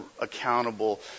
accountable